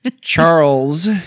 Charles